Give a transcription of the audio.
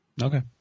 Okay